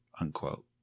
unquote